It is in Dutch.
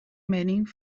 mening